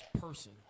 person